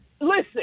Listen